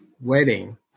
wedding